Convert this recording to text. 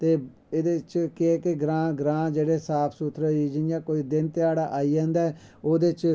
ते एह्दे च केह् ऐ के ग्रांऽ ग्रांऽ जेह्ड़े साफ सुथरे जियां कोई दिन ध्याड़ा आई जंदा ऐ ओह्दे च